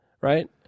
right